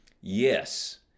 yes